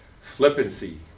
Flippancy